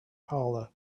hollow